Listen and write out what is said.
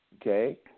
okay